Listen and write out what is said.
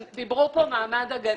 דיברו פה על מעמד הגננת.